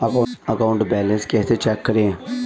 Account balance कैसे check करें?